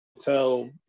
Tell